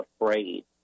afraid